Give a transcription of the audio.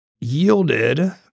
yielded